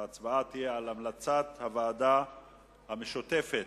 ההצבעה תהיה על המלצת הוועדה המשותפת